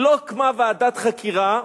לא הוקמה ועדת חקירה,